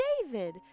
David